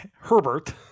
Herbert